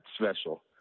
special